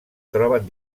troben